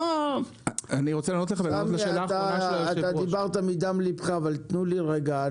סמי, אתה דיברת מדם ליבך, אבל תנו לי רגע.